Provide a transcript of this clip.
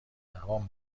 دوام